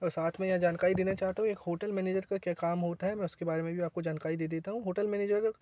और साथ में यह जानकारी देना चाहता हूँ यह होटल मैनेजर का क्या काम होता है मैं उसके बारे में भी आपको जानकारी दे देता हूँ होटल मैनेजर